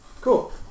Cool